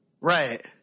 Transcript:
Right